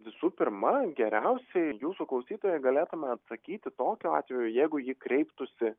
visų pirma geriausiai jūsų klausytojai galėtume atsakyti tokiu atveju jeigu ji kreiptųsi